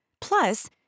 Plus